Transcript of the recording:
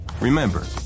Remember